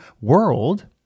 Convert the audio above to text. world